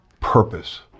purpose